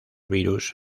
virus